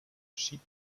schied